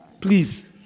Please